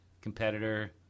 competitor